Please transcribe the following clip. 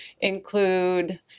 include